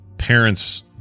parents